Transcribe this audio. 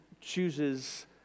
chooses